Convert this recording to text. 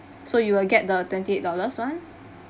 so you will get the twenty eight dollars one